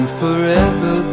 forever